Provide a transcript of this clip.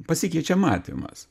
pasikeičia matymas